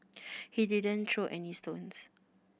he didn't throw any stones